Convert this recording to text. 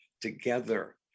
together